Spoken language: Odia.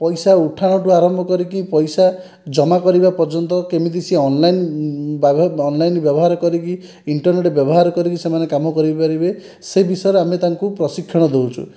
ପଇସା ଉଠାଣ ଠାରୁ ଆରମ୍ଭ କରିକି ପଇସା ଜମା କରିବା ପର୍ଯ୍ୟନ୍ତ କେମିତି ସିଏ ଅନଲାଇନ୍ ବା ଅନଲାଇନ୍ ବ୍ୟବହାର କରିକି ଇଣ୍ଟ୍ରରନେଟ୍ ବ୍ୟବହାର କରିକି ସେମାନେ କାମ କରିପାରିବେ ସେ ବିଷୟରେ ଆମେ ତାଙ୍କୁ ପ୍ରଶିକ୍ଷଣ ଦେଉଛୁ